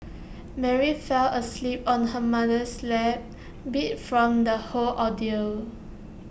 Mary fell asleep on her mother's lap beat from the whole ordeal